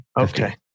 Okay